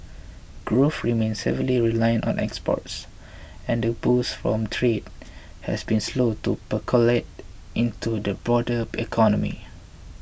growth remains heavily reliant on exports and the boost from trade has been slow to percolate into the broader economy